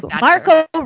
Marco